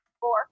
Four